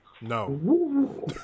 no